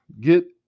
get